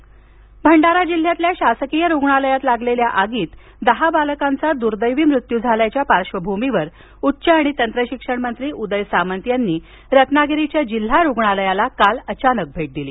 रत्नागिरी भेट भंडारा जिल्ह्यातल्या शासकीय रुग्णालयात लागलेल्या आगीत दहा बालकांचा दुर्दैवी मृत्यू झाल्याच्या पार्श्वभूमीवर उच्च आणि तंत्रशिक्षण मंत्री उदय सामंत यांनी रत्नागिरीच्या जिल्हा रुग्णालयाला काल अचानक भेट दिली